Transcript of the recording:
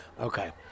Okay